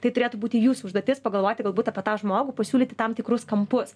tai turėtų būti jūsų užduotis pagalvoti galbūt apie tą žmogų pasiūlyti tam tikrus kampus